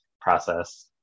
process